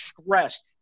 stressed